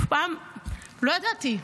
לא ידעתי,